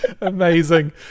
amazing